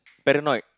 paranoid